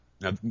Now